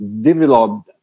developed